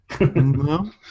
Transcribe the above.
No